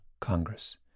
Congress